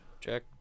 check